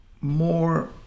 more